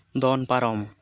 ᱫᱚᱱ ᱯᱟᱨᱚᱢ